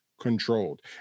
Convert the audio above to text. controlled